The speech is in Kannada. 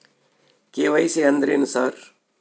ಕೆ.ವೈ.ಸಿ ಅಂದ್ರೇನು ಸರ್?